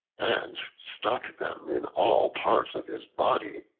and stuck them in all parts of his body,